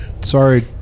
Sorry